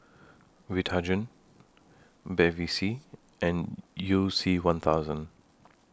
Vitagen Bevy C and YOU C one thousand